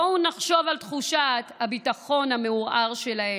בואו נחשוב על תחושת הביטחון המעורער שלהם.